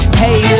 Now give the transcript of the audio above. hey